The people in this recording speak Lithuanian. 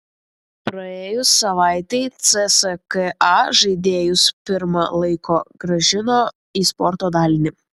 praėjus savaitei cska žaidėjus pirma laiko grąžino į sporto dalinį